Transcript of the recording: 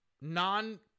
non